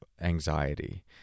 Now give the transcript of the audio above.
anxiety